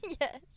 Yes